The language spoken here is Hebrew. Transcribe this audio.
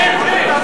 פנים.